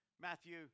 Matthew